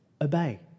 obey